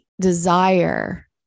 desire